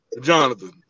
Jonathan